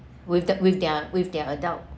with the with their with their adult